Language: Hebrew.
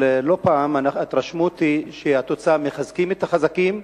אבל לא פעם ההתרשמות היא שמחזקים את החזקים,